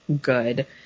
good